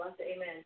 Amen